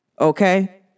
Okay